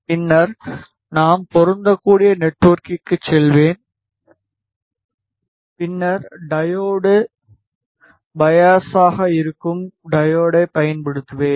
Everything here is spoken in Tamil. பின்னர் நான் பொருந்தக்கூடிய நெட்வொர்க்கிற்குச் செல்வேன் பின்னர் டையோடு பையாஸாக இருக்கும் டையோடை பயன்படுத்துவேன்